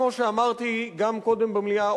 כמו שאמרתי גם קודם במליאה,